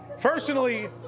Personally